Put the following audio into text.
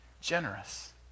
generous